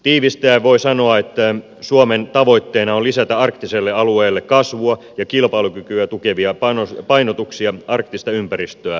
tiivistäen voi sanoa että suomen tavoitteena on lisätä arktiselle alueelle kasvua ja kilpailukykyä tukevia painotuksia arktista ympäristöä kunnioittaen